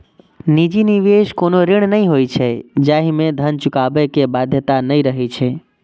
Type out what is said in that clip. निजी निवेश कोनो ऋण नहि होइ छै, जाहि मे धन चुकाबै के बाध्यता नै रहै छै